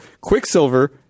Quicksilver